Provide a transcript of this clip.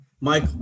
Mike